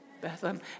Bethlehem